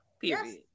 period